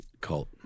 cult